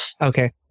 Okay